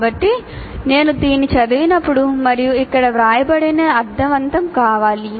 కాబట్టి నేను దీన్ని చదివినప్పుడు మరియు ఇక్కడ వ్రాయబడినది అర్ధవంతం కావాలి